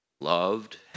loved